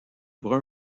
brun